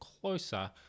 closer